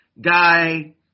guy